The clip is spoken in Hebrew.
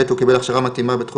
(ב) הוא קיבל הכשרה מתאימה בתחום